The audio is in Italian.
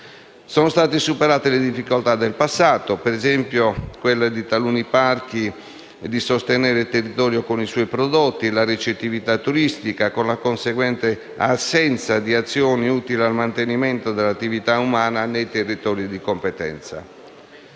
Sono state superate le difficoltà del passato, per esempio, quelle di taluni parchi nel sostenere il territorio con i suoi prodotti, la ricettività turistica, con la conseguente assenza di azioni utili al mantenimento dell'attività umana nei territori di competenza.